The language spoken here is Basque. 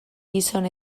gizon